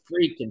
freaking